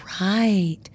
right